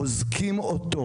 אוזקים אותו